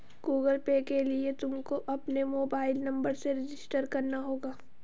Google Pay के लिए तुमको अपने मोबाईल नंबर से रजिस्टर करना होगा